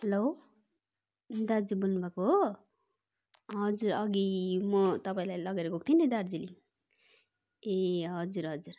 hello दाजु बोल्नु भएको हो हजुर अघि म तपाईँलाई लगेर गएको थिएँ नि दार्जिलिङ ए हजुर हजुर